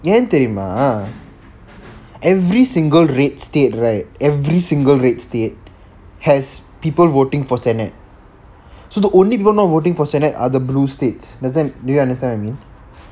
ஏன் தெரியுமா:ean theriyuma every single red state right every single red state has people voting for senate so the only people not voting for senate are the blue states do you understand me